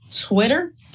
Twitter